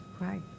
Right